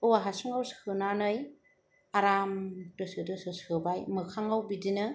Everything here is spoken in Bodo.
औवा हासुङाव सोनानै आराम दोसो दोसो सोबाय मोखाङाव बिदिनो